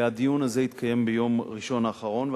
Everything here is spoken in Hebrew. והדיון הזה התקיים ביום ראשון האחרון.